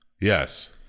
Yes